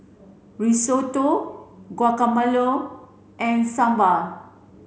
Risotto Guacamole and Sambar